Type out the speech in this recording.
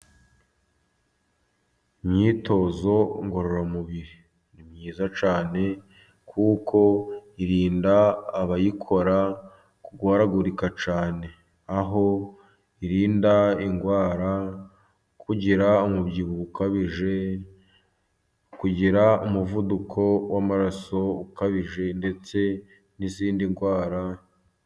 Imyitozo ngororamubiri ni myiza cyane, kuko irinda abayikora kurwaragurika cyane, aho irinda indwara kugira umubyibuho ukabije, kugira umuvuduko w'amaraso ukabije ndetse n'izindi ndwara.